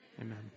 Amen